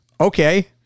Okay